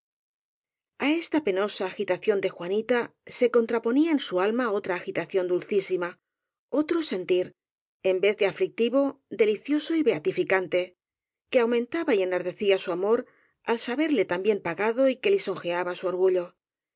á esta penosa agitación de juanita se contrapo nía en su alma otra agitación dulcísima otro sentir en vez de aflictivo delicioso y beatificante que aumentaba y enardecía su amor al saberle tan bien pagado y que lisonjeaba su orgullo